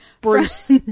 Bruce